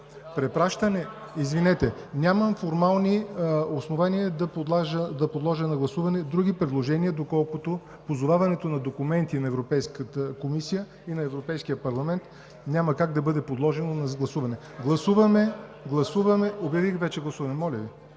препращане? Извинете, нямам формални основания да подложа на гласуване други предложения, доколкото позоваването на документи на Европейската комисия и на Европейския парламент няма как да бъде подложено на гласуване. Гласуваме Проекта за решение. Гласували